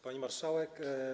Pani Marszałek!